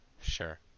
sure